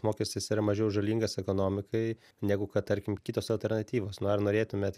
mokestis yra mažiau žalingas ekonomikai negu kad tarkim kitos alternatyvos na ar norėtumėt